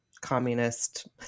communist